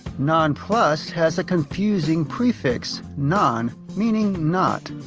nonplussed has a confusing prefix, non, meaning not.